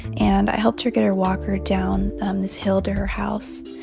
and i helped her get her walker down um this hill to her house.